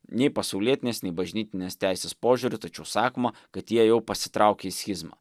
nei pasaulietinės nei bažnytinės teisės požiūriu tačiau sakoma kad jie jau pasitraukė į schizmą